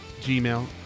Gmail